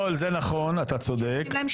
זה לא אומר שאני בניגוד